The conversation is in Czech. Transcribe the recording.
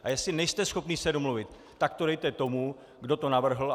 A jestli nejste schopni se domluvit, tak to dejte tomu, kdo to navrhl.